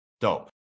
Dope